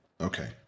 Okay